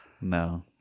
No